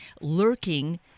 lurking